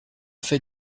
fait